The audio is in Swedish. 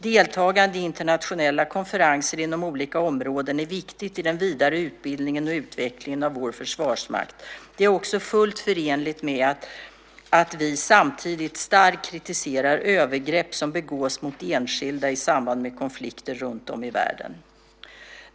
Deltagande i internationella konferenser inom olika områden är viktigt i den vidare utbildningen och utvecklingen av vår försvarsmakt. Detta är också fullt förenligt med att vi samtidigt starkt kritiserar övergrepp som begås mot enskilda i samband med konflikter runtom i världen.